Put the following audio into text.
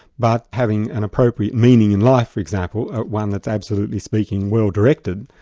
but having an appropriate meaning in life for example, one that's absolutely speaking well-directed,